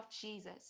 Jesus